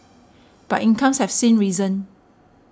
but incomes have seen risen